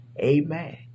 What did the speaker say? Amen